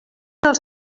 els